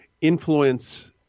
influence